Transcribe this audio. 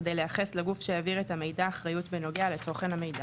כדי לייחס לגוף שהעביר את המידע אחריות בנוגע לתוכן המידע.